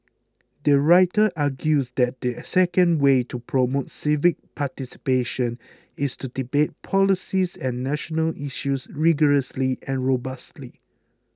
the writer argues that the second way to promote civic participation is to debate policies and national issues rigorously and robustly